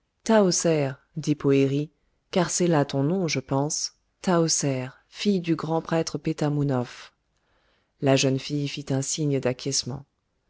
dit poëri car c'est là ton nom je pense tahoser fille du grand prêtre pétamounoph la jeune fille fit un signe d'acquiescement